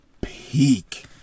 peak